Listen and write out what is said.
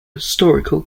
historical